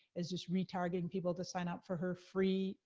is just re-targeting people to sign up for her free,